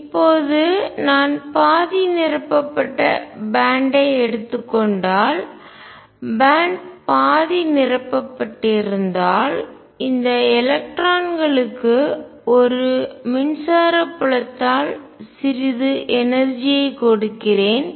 இப்போது நான் பாதி நிரப்பப்பட்ட பேண்ட்டை எடுத்துக் கொண்டால் பேண்ட் பாதி நிரப்பப்பட்டிருந்தால் இந்த எலக்ட்ரான்களுக்கு ஒரு மின்சார புலத்தால் சிறிது எனர்ஜி ஐஆற்றல் கொடுக்கிறேன்